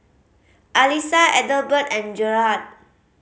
Alissa Adelbert and Gerhard